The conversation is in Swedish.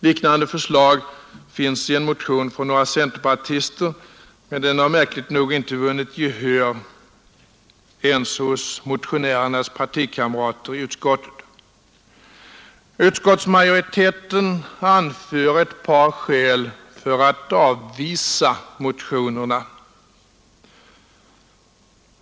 Liknande förslag finns i en motion från några centerpartister, men den motionen har märkligt nog inte vunnit gehör ens hos motionärernas partikamrater i utskottet. Utskottsmajoriteten anför ett par skäl för att avvisa motionerna.